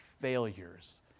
failures